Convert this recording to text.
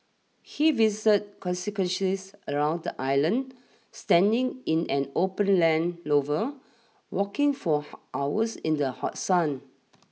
he visited around the island standing in an open Land Rover walking for hours in the hot sun